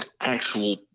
actual